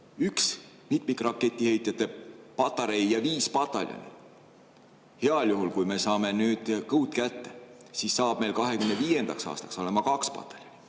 üks mitmikraketiheitjate patarei ja viis pataljoni. Heal juhul, kui me saame nüüd Kõud kätte, siis on meil 2025. aastaks olema kaks pataljoni.